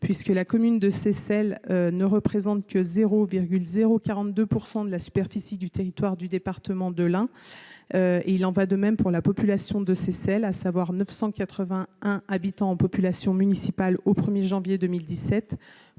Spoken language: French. puisque la commune de Seyssel ne représente que 0,0 42 pourcent de la superficie du territoire du département de l'Ain, il en va de même pour la population de ces Seyssel, à savoir 980 un habitant en population municipale au 1er janvier 2017